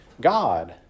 God